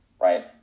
right